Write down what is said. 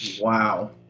Wow